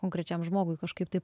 konkrečiam žmogui kažkaip tai